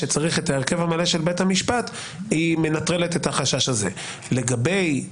ההרכב או מי שבידיו סמכות שיפוט --- כי יש לבטל חוק,